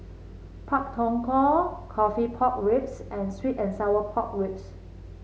Pak Thong Ko coffee Pork Ribs and sweet and Sour Pork Ribs